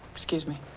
excuse me.